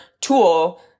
tool